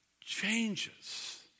changes